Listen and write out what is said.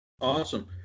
Awesome